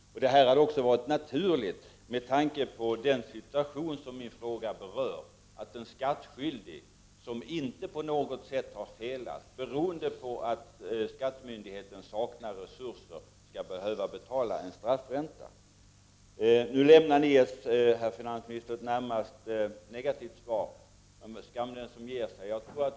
Det hade också varit naturligt med tanke på den situation som min fråga berör, nämligen att en skattskyldig, som inte på något sätt har felat, beroende på att skattemyndigheten saknar resurser skall behöva betala en straffränta. Nu lämnar herr finansministern närmast ett negativt svar, men skam den som ger sig.